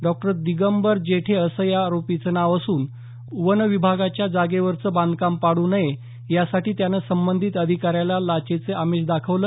डॉ दिगंबर जेठे असं या आरोपीचं नाव असून वनविभागाच्या जागेवरचं बांधकाम पाडू नये यासाठी र्यानं संबंधित अधिकाऱ्याला लाचेचं आमीष दाखवलं